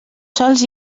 sols